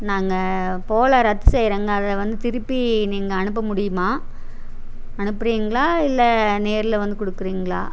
நாங்கள் போகல ரத்து செய்றோங்க அதில் வந்து திருப்பி நீங்கள் அனுப்ப முடியுமா அனுப்புறீங்ளா இல்லை நேரில் வந்து கொடுக்குறீங்ளா